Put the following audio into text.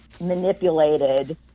manipulated